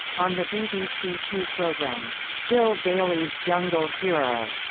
on the bbc two programme bill bailey's jungle hero,